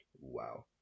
Wow